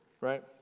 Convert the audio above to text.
right